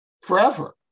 forever